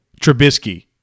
Trubisky